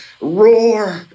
roar